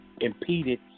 impeded